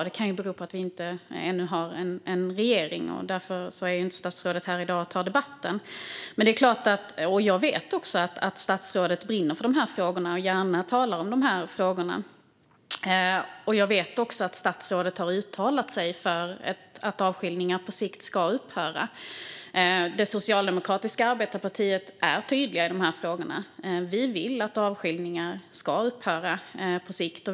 Det kan bero på att vi ännu inte har någon regering och att statsrådet därför inte kan vara här och ta debatten. Jag vet att statsrådet brinner för frågorna och gärna talar om dem. Hon har även uttalat sig för att avskiljningar på sikt ska upphöra. Det socialdemokratiska arbetarepartiet är tydligt i dessa frågor. Vi vill att avskiljningar ska upphöra på sikt.